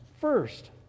first